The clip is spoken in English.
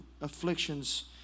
afflictions